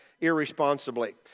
irresponsibly